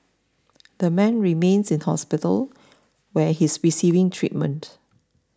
the man remains in hospital where he's receiving treatment